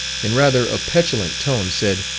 in rather a petulant tone said,